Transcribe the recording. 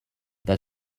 that